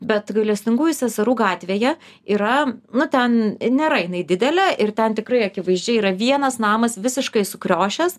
bet gailestingųjų seserų gatvėje yra nu ten nėra jinai didelė ir ten tikrai akivaizdžiai yra vienas namas visiškai sukriošęs